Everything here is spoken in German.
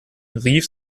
rief